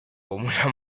comuna